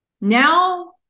Now